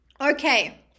Okay